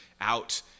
out